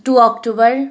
two October